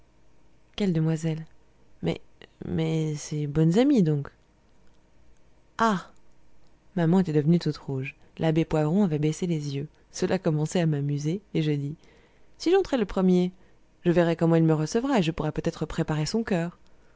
quelles demoiselles mais mais ses bonnes amies donc ah maman était devenue toute rouge l'abbé poivron avait baissé les yeux cela commençait à m'amuser et je dis si j'entrais le premier je verrai comment il me recevra et je pourrai peut-être préparer son coeur